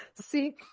See